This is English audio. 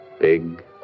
Big